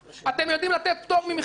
אתם יודעים לתת פטור ממכרז.